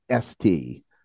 ST